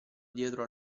dietro